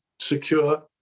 secure